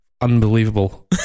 Unbelievable